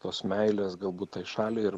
tos meilės galbūt tai šaliai ir